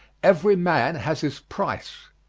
every man has his price.